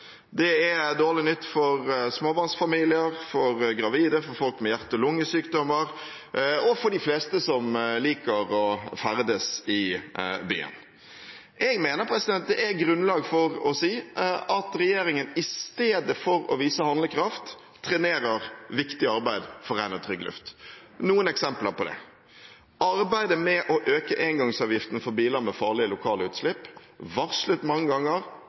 Det er dårlig nytt for småbarnsfamilier, for gravide, for folk med hjerte- og lungesykdommer – og for de fleste som liker å ferdes i byen. Jeg mener det er grunnlag for å si at regjeringen i stedet for å vise handlekraft trenerer viktig arbeid for ren og trygg luft. Noen eksempler på det er: arbeidet med å øke engangsavgiften for biler med farlige lokale utslipp – det er varslet mange ganger,